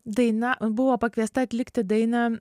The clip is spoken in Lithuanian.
daina buvo pakviesta atlikti dainą